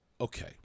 Okay